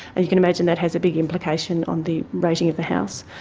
and you can imagine that has a big implication on the rating of the house.